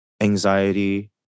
anxiety